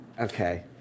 Okay